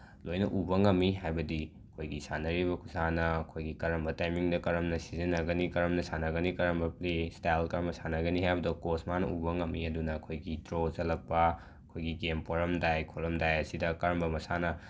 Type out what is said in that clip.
ꯂꯣꯏꯅ ꯎꯕ ꯉꯝꯃꯤ ꯍꯥꯏꯕꯗꯤ ꯑꯩꯈꯣꯏꯒꯤ ꯁꯥꯟꯅꯔꯤꯕ ꯈꯨꯁꯥꯟꯅ ꯑꯩꯈꯣꯏꯒꯤ ꯀꯔꯝꯕ ꯇꯥꯏꯃꯤꯡꯗ ꯀꯔꯝꯅ ꯁꯤꯖꯤꯟꯅꯒꯅꯤ ꯀꯔꯝꯅ ꯁꯥꯟꯅꯒꯅꯤ ꯀꯔꯝꯕ ꯄ꯭ꯂꯦ ꯏꯁꯇꯥꯏꯜ ꯀꯔꯝꯕ ꯁꯥꯟꯅꯒꯅꯤ ꯍꯥꯏꯕꯗꯨ ꯀꯣꯁ ꯃꯥꯅ ꯎꯕ ꯉꯝꯃꯤ ꯑꯗꯨꯅ ꯑꯩꯈꯣꯏꯒꯤ ꯗ꯭ꯔꯣ ꯆꯠꯂꯛꯄ ꯑꯩꯈꯣꯏꯒꯤ ꯒꯦꯝ ꯄꯣꯔꯝꯗꯥꯏ ꯈꯣꯠꯂꯝꯗꯥꯏ ꯑꯁꯤꯗ ꯀꯔꯝꯕ ꯃꯁꯥꯟꯅ